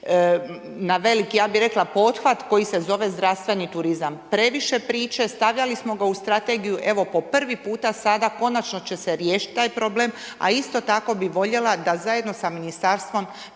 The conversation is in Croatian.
na veliki, ja bi rekla pothvat, koji se zove zdravstveni turizam. Previše priče stavljali smo ga u strategiju, evo po prvi puta sada konačno će se riješiti taj problem, a isto tako bi voljela da zajedno sa Ministarstvom